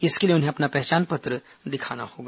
इसके लिए उन्हें अपना पहचान पत्र दिखाना होगा